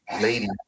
lady